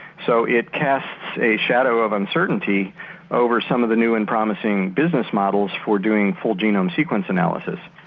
so it casts a shadow of uncertainty over some of the new and promising business models for doing full genome sequence analysis.